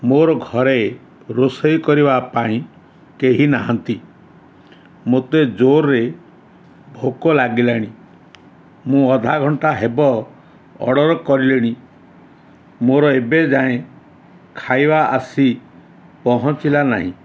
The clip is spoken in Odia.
ମୋର ଘରେ ରୋଷେଇ କରିବା ପାଇଁ କେହି ନାହାନ୍ତି ମୋତେ ଜୋର୍ରେ ଭୋକ ଲାଗିଲାଣି ମୁଁ ଅଧା ଘଣ୍ଟା ହେବ ଅର୍ଡ଼ର୍ କରିଲିଣି ମୋର ଏବେ ଯାଏଁ ଖାଇବା ଆସି ପହଞ୍ଚିଲା ନାହିଁ